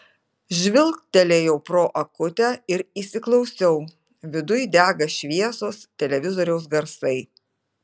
žvilgtelėjau pro akutę ir įsiklausiau viduj dega šviesos televizoriaus garsai